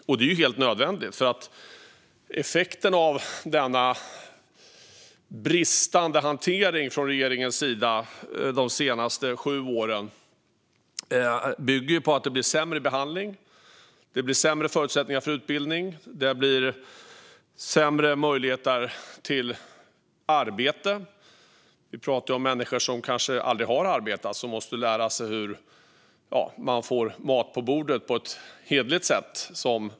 Detta är helt nödvändigt, för effekterna av den bristande hanteringen från regeringens sida de senaste sju åren är sämre behandling, sämre förutsättningar för utbildning och sämre möjligheter till arbete. Som också nämndes i förra debatten pratar vi om människor som kanske aldrig har arbetat och som måste lära sig hur man får mat på bordet på ett hederligt sätt.